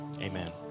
amen